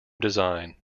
design